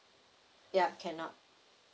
ya cannot